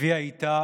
הביאה איתה